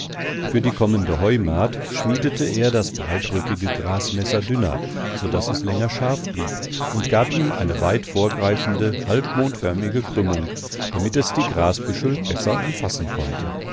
für die kommende heumahd schmiedete er das breitrückige grasmesser dünner so daß es länger scharf blieb und gab ihm eine weit vorgreifende halbmondförmige krümmung damit es die grasbüschel besser umfassen konnte